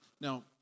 Now